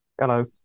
Hello